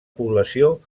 població